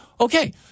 Okay